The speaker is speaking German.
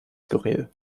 skurril